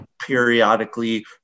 periodically